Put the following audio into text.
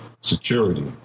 security